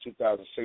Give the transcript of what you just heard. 2006